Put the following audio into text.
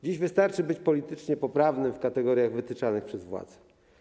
Dziś wystarczy być politycznie poprawnym w kategoriach wytyczanych przez władze.